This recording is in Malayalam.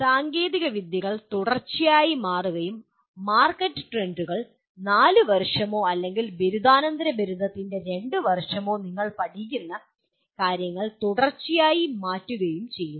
സാങ്കേതികവിദ്യകൾ തുടർച്ചയായി മാറുകയും മാർക്കറ്റ് ട്രെൻഡുകൾ 4 വർഷമോ അല്ലെങ്കിൽ ബിരുദാനന്തര ബിരുദത്തിൻറെ 2 വർഷമോ നിങ്ങൾ പഠിക്കുന്ന കാര്യങ്ങൾ തുടർച്ചയായി മാറ്റുകയും ചെയ്യുന്നു